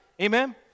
Amen